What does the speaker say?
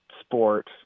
sport